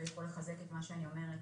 ויכול לחזק את מה שאני אומרת,